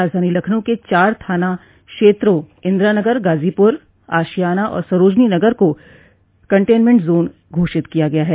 राजधानी लखनऊ के चार थाना क्षेत्रां इंदिरानगर गाजीपुर आशियाना और सरोजनीनगर को कंटेनमेंट जोन घोषित किया गया है